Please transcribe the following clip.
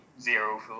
zero